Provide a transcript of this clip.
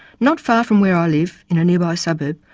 not far from where i live, in a nearby suburb,